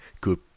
good